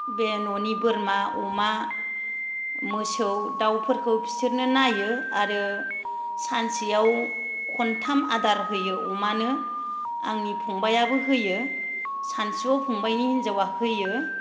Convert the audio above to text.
बे ननि बोरमा अमा मोसौ दावफोरखौ बिसोरनो नायो आरो सानसेयाव खन्थाम आदार होयो अमानो आंनि फंबायाबो होयो सानसुआव फंबायनि हिनजावा होयो